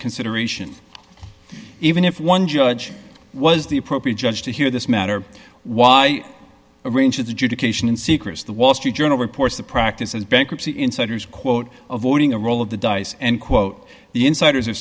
consideration even if one judge was the appropriate judge to hear this matter why arranges adjudication in secrecy the wall street journal reports the practice of bankruptcy insiders quote avoiding a roll of the dice and quote the insiders